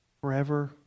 forever